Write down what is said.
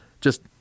Just-